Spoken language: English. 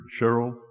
Cheryl